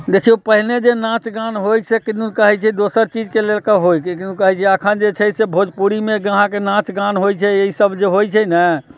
देखियो पहिने जे नाच गान होइ छै किदन कहै छै दोसर चीजके लेलके होइ छै किदन कहै छै अखन जे छै से भोजपुरीमे अहाँके नाच गान सभ होइ छै इसभ जे होइ छै ने